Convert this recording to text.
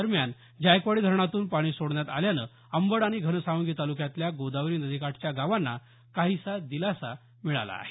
दरम्यान जायकवाडी धरणातून पाणी सोडण्यात आल्यामुळे अंबड आणि घनसावंगी तालुक्यातल्या गोदावरी नदीकाठच्या गावांना काहीसा दिलासा मिळाला आहे